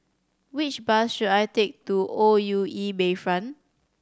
which bus should I take to O U E Bayfront